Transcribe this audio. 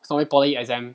so many poly exam